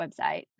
website